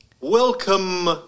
Welcome